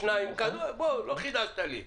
לא חידשת לי.